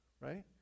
right